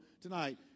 tonight